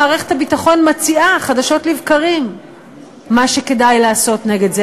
מערכת הביטחון מציעה חדשות לבקרים מה שכדאי לעשות נגד זה.